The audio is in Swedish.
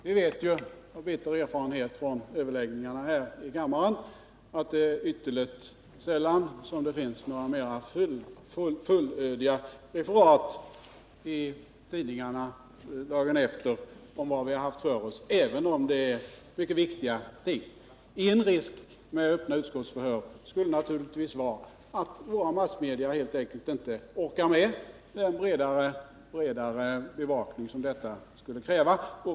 Vi vet ju av bitter erfarenhet från överläggningarna här i kammaren att det ytterligt sällan finns några mera fullödiga referat i tidningarna av vad vi har haft för oss, även om det har gällt mycket viktiga ting. En risk med öppna utskottsförhör skulle naturligtvis vara att våra massmedier helt enkelt inte orkade med den breda bevakning som detta skulle kräva.